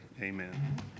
Amen